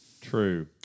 True